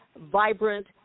vibrant